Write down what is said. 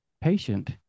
patient